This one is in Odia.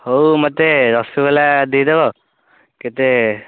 ହଉ ମୋତେ ରସଗୋଲା ଦେଇଦେବ କେତେ